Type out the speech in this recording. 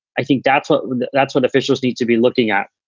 i think that's what that's what officials need to be looking at.